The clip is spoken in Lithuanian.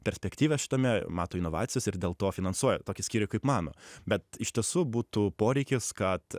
perspektyvą šitame mato inovacijos ir dėl to finansuoja tokių skyrių kaip mano bet iš tiesų būtų poreikis kad